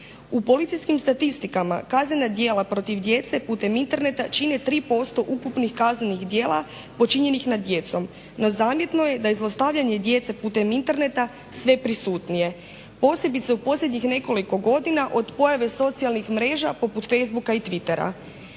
U policijskim statistikama kaznena djela protiv djece putem interneta čine 3% ukupnih kaznenih djela počinjenih nad djecom, no zamjetno je da je zlostavljanje djece putem interneta sve prisutnije. Posebice posljednjih nekoliko godina od pojave socijalnih mreža poput facebooka i twittera.